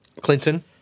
Clinton